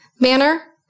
manner